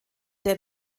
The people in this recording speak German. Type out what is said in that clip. der